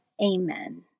Amen